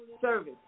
service